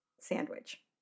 Sandwich